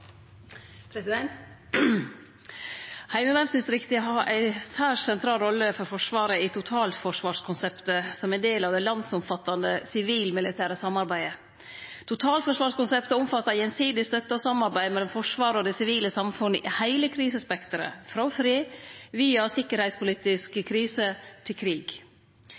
del av det landsomfattande sivil-militære samarbeidet. Totalforsvarskonseptet omfattar gjensidig støtte og samarbeid mellom Forsvaret og det sivile samfunnet i heile krisespekteret – frå fred, via sikkerheitspolitisk krise til krig.